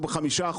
ב-5%,